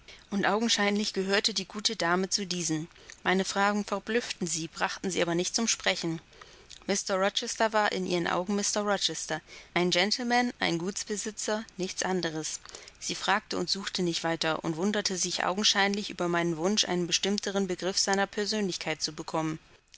und augenscheinlich gehörte die gute dame zu diesen meine fragen verblüfften sie brachten sie aber nicht zum sprechen mr rochester war in ihrem augen mr rochester ein gentleman ein gutsbesitzer nichts anderes sie fragte und suchte nicht weiter und wunderte sich augenscheinlich über meinen wunsch einen bestimmteren begriff seiner persönlichkeit zu bekommen